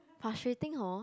frustrating hor